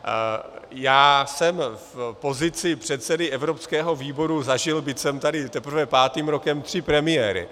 A já jsem v pozici předsedy evropského výboru zažil, byť jsem tady teprve pátým rokem, tři premiéry.